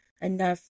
enough